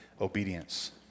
obedience